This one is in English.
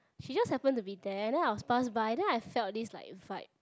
she just happened to be there then I was passed by then I felt this like a vibe